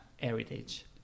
Heritage